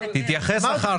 חבר הכנסת גפני, תתייחס אחר כך.